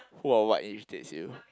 who or what irritates you